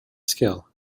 skill